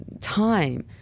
time